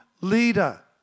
leader